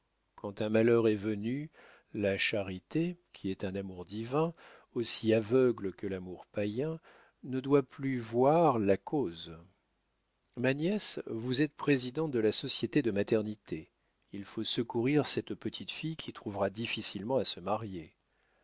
quand un malheur est venu la charité qui est un amour divin aussi aveugle que l'amour païen ne doit plus voir la cause ma nièce vous êtes présidente de la société de maternité il faut secourir cette petite fille qui trouvera difficilement à se marier